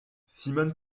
simone